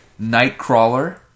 Nightcrawler